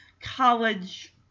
College